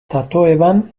tatoeban